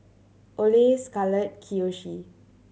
Ole Scarlett Kiyoshi